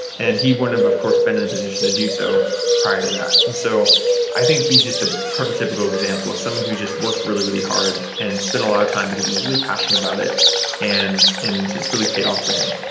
and he of of course been at and a position to do so prior to that. and so i think he's just a prototypical example of someone who's just worked really, really hard and spent a lot of time, because he's really passionate about it and and it's really paid off for him.